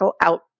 out